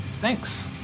Thanks